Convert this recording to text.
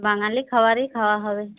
বাঙালী খাবারই খাওয়া হবে